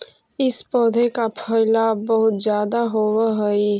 इस पौधे का फैलाव बहुत ज्यादा होवअ हई